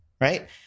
right